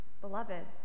Beloveds